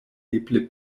eble